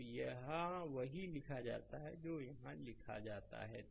तो यहाँ वही लिखा जाता है जो यहाँ लिखा जाता है